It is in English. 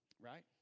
Right